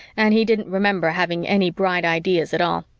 and he didn't remember having any bright ideas at all.